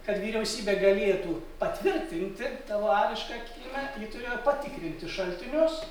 kad vyriausybė galėtų patvirtinti tavo arišką kilmą ji turėjo patikrinti šaltinius